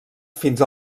fins